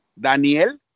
Daniel